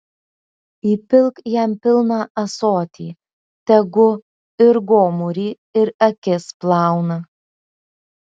įpilk jam pilną ąsotį tegu ir gomurį ir akis plauna